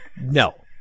no